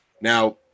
Now